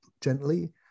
gently